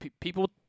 people